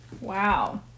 wow